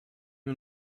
nur